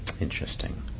interesting